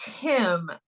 Tim